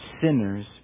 sinners